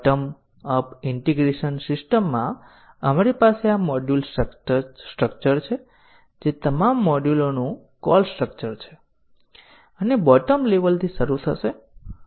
પરિવર્તિત પ્રોગ્રામમાં એક સરળ ભૂલ છે અને હવે ટેસ્ટ કેસ ચલાવવામાં આવે છે અને ટેસ્ટ કેસો ચલાવવા માટે તે તદ્દન સીધા આગળ હોઈ શકે છે